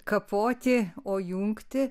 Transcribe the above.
kapoti o jungti